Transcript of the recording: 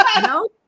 No